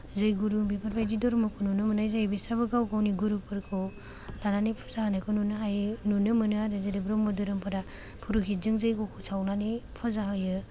जयगुरु बेफोरबादि धर्मखौ नुनो मोन्नाय जायो बिस्राबो गाव गावनि गुरुफोरखौ लानानै फुजा होनायखौ नुनो हायो नुनो मोनो आरो जेरै ब्रह्म धोरोमफोरा पुर'हितजों जैग्य'खौ सावनानै फुजा होयो